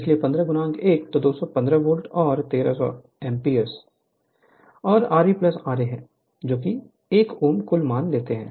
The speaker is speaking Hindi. इसलिए 15 1 तो 215 वोल्ट और 1 300 एम्पीयर और Rsera है हम 1 Ω कुल मान लेते हैं